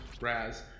Raz